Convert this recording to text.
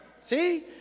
See